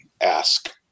ask